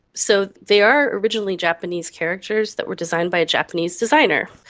so they are originally japanese characters that were designed by a japanese designer.